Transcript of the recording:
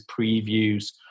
previews